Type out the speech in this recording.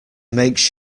makes